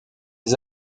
des